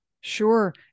Sure